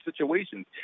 situations